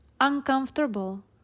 uncomfortable